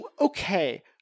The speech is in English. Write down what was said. okay